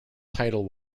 title